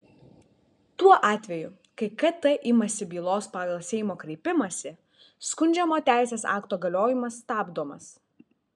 tuo atveju kai kt imasi bylos pagal seimo kreipimąsi skundžiamo teisės akto galiojimas stabdomas